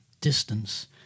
distance